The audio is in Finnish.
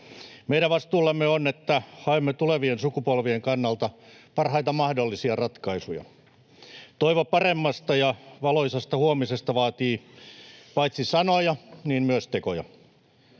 Meidän vastuullamme on, että haemme tulevien sukupolvien kannalta parhaita mahdollisia ratkaisuja. Toivo paremmasta ja valoisasta huomisesta vaatii paitsi sanoja myös tekoja.